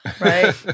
Right